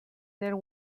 there